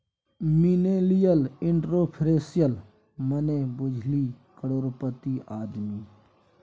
millennial entrepreneurship मने बुझली करोड़पति आदमी